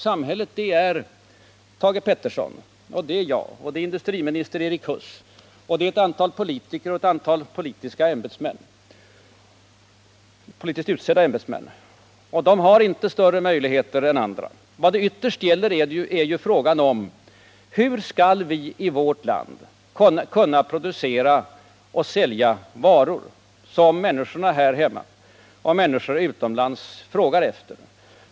Samhället är ju Thage Peterson, det är jag, det är industriminister Erik Huss och det är ett antal politiker och ett antal politiskt utsedda ämbetsmän. De har inte större möjligheter än andra. Vad frågan ytterst gäller är ju hur vi i vårt land skall kunna producera och sälja varor som människor här hemma och människor utomlands frågar efter.